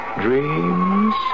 dreams